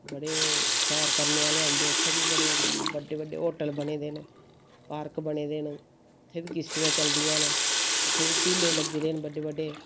बड़े सैर करने आह्ले औंदे उत्थै बी बड़े बड्डे बड्डे होटल बने दे पार्क बने दे न उत्थै बी किश्तियां चलदियां न उत्थै बी झूल्ले लगे दे न बड़े बड़े